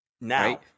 Now